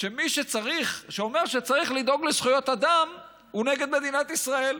שמי שאומר שצריך לדאוג לזכויות אדם הוא נגד מדינת ישראל.